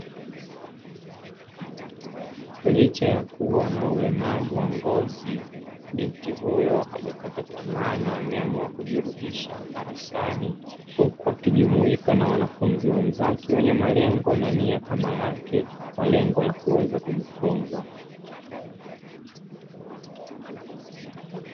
Licha ya kuwa na ulemavu wa ngozi binti huyo hajakata tamaa na ameamua kujirudisha darasani huku akijumuika na wanafunzi wenzake wenye malengo na nia kama yake kwa lengo la kuweza kujifunza.